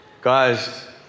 Guys